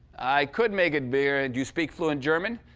i could make it bigger. and you speak fluent german?